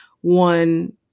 one